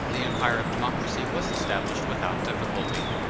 the empire of democracy was established without difficulty.